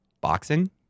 Boxing